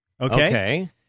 Okay